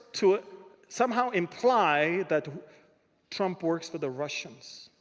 to somehow imply that trump works for the russians.